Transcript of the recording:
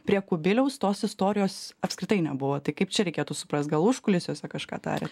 prie kubiliaus tos istorijos apskritai nebuvo tai kaip čia reikėtų suprast gal užkulisiuose kažką tariat